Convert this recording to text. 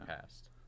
past